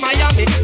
Miami